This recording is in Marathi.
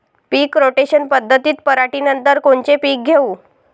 पीक रोटेशन पद्धतीत पराटीनंतर कोनचे पीक घेऊ?